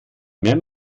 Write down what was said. mehr